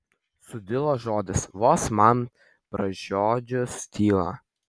sudilo žodis vos man pražiodžius tylą